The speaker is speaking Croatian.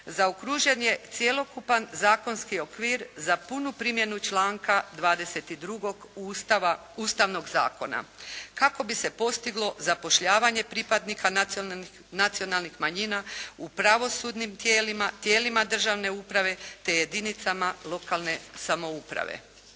zaokružen je cjelokupan zakonski okvir za punu primjenu članka 22. Ustavnog zakona. Kako bi se postiglo zapošljavanje pripadnika nacionalnih manjina u pravosudnim tijelima, tijelima državne uprave, te jedinicama lokalne samouprave.